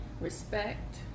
respect